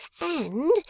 And